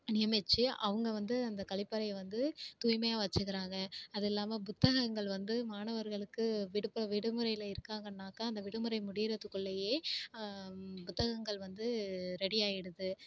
நியமிச்சு அவங்க வந்து அந்த கழிப்பறைய வந்து தூய்மையாக வச்சுக்கிறாங்க அது இல்லாமல் புத்தகங்கள் வந்து மாணவர்களுக்கு விடுப்பு விடுமுறையில் இருக்காங்கன்னாக்கா அந்த விடுமுறை முடியறத்துக்குள்ளையே புத்தகங்கள் வந்து ரெடி ஆயிடுது